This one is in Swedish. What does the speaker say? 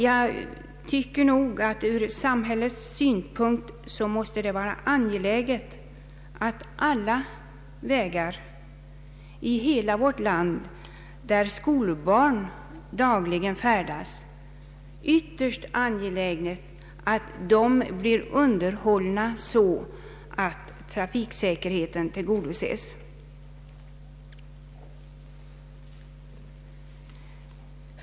Jag tycker dessutom att det ur samhällets synpunkt måste vara angeläget att alla vägar i hela vårt land där skolbarn dagligen färdas blir förbättrade och underhållna på ett sådant sätt att trafiksäkerheten tillgodoses.